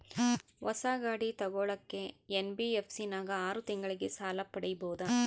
ಹೊಸ ಗಾಡಿ ತೋಗೊಳಕ್ಕೆ ಎನ್.ಬಿ.ಎಫ್.ಸಿ ನಾಗ ಆರು ತಿಂಗಳಿಗೆ ಸಾಲ ಪಡೇಬೋದ?